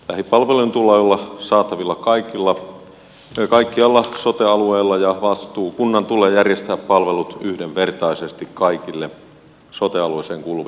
lähipalvelujen tulee olla saatavilla kaikkialla sote alueella ja vastuukunnan tulee järjestää palvelut yhdenvertaisesti kaikille sote alueeseen kuuluville kunnille